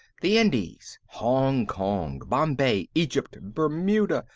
the indies. hong kong. bombay. egypt. bermuda.